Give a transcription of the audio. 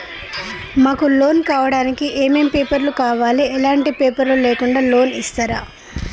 మాకు లోన్ కావడానికి ఏమేం పేపర్లు కావాలి ఎలాంటి పేపర్లు లేకుండా లోన్ ఇస్తరా?